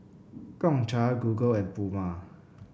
Gongcha Google and Puma